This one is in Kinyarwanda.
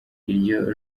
iryo